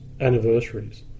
anniversaries